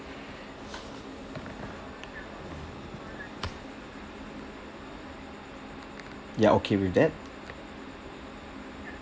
you're okay with that